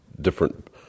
different